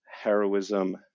heroism